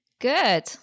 Good